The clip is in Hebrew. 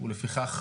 בנאדם?